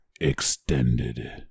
extended